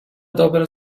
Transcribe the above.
dobre